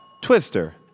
Twister